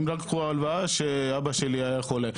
הם לקחו הלוואה כשאבא שלי היה חולה,